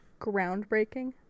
groundbreaking